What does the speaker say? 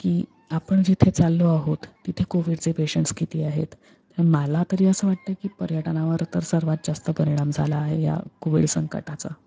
की आपण जिथे चाललो आहोत तिथे कोविडचे पेशंट्स किती आहेत मला तरी असं वाटतं की पर्यटनावर तर सर्वात जास्त परिणाम झाला आहे या कोविड संकटाचा